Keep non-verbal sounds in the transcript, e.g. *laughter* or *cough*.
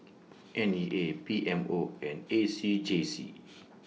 N E A P M O and A C J C *noise*